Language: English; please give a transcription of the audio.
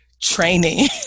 training